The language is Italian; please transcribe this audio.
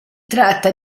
tratta